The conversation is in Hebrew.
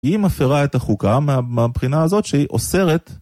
היא מפרה את החוקה מהבחינה הזאת שהיא אוסרת.